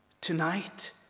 tonight